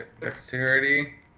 Dexterity